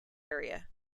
area